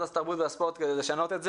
התרבות והספורט בשביל לשנות את זה,